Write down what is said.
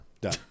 Done